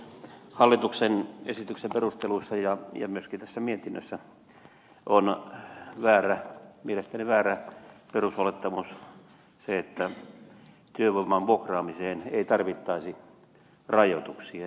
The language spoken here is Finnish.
hallituksen esityksen perusteluissa ja myöskin tässä mietinnössä on mielestäni väärä perusolettamus se että työvoiman vuokraamiseen ei tarvittaisi rajoituksia